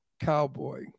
cowboy